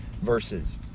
verses